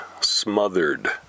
smothered